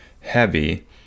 heavy